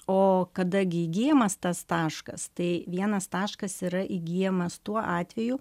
o kada gi įgyjamas tas taškas tai vienas taškas yra įgyjamas tuo atveju